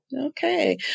Okay